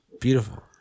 Beautiful